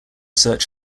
search